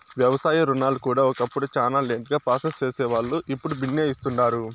వ్యవసాయ రుణాలు కూడా ఒకప్పుడు శానా లేటుగా ప్రాసెస్ సేసేవాల్లు, ఇప్పుడు బిన్నే ఇస్తుండారు